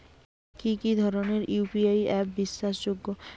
কি কি ধরনের ইউ.পি.আই অ্যাপ বিশ্বাসযোগ্য?